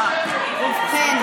ובכן,